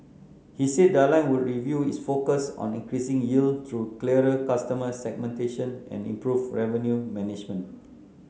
he said the airline would renew its focus on increasing yield through clearer customer segmentation and improved revenue management